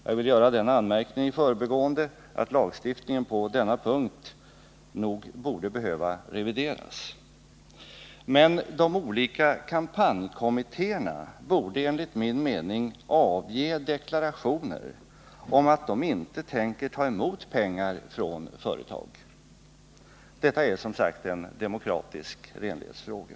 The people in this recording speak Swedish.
Jag vill i förbigående göra den anmärkningen att lagstiftningen på denna punkt nog borde behöva revideras. Men de olika kampanjkommittéerna borde enligt min mening avge deklarationer om att de inte tänker ta emot pengar från företag. Detta är som sagt en demokratisk renlighetsfråga.